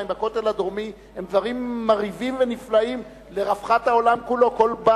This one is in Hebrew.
בכותל הדרומי הם דברים מרהיבים ונפלאים לרווחת העולם כולו.